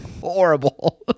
horrible